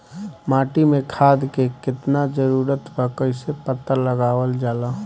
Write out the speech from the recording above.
माटी मे खाद के कितना जरूरत बा कइसे पता लगावल जाला?